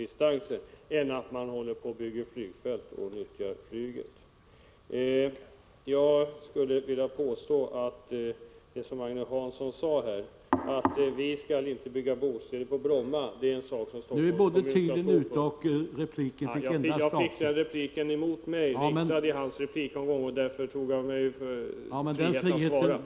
1985/86:136 = riktigare att man nyttjar järnvägstrafik för korta distanser än att man bygger 7 maj 1986 flygfält och nyttjar flyget. FER SES SN Jag skulle vilja påstå att det som Agne Hansson sade här att vi inte skall Lagfert bygga bostäder på Bromma, det är en sak som ...